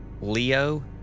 Leo